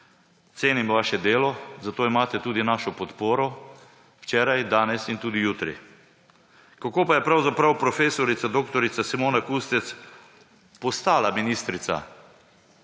cenim vaše delo, zato imate tudi našo podporo včeraj, danes in tudi jutri! Kako pa je pravzaprav prof. dr. Simona Kustec postala ministrica?